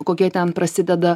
kokie ten prasideda